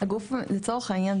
לצורך העניין,